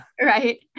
Right